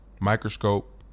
Microscope